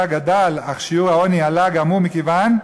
גדל אך שיעור העוני עלה גם הוא מכיוון,